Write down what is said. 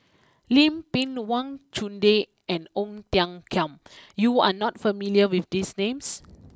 Lim Pin Wang Chunde and Ong Tiong Khiam you are not familiar with these names